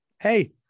Hey